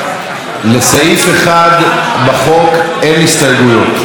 לסעיף 1 בחוק אין הסתייגויות.